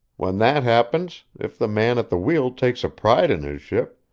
when that happens, if the man at the wheel takes a pride in his ship,